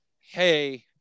hey